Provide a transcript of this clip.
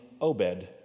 Obed